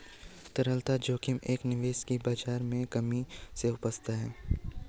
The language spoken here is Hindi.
तरलता जोखिम एक निवेश की बाज़ार में कमी से उपजा है